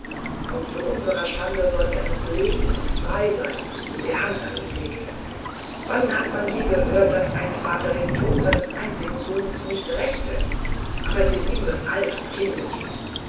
und zu unserer schande soll der noch leben und frei sein der hand an ihn legte wann hat man je gehört daß ein vater den tod seines einzigen sohnes nicht rächte aber selim wird alt und kindisch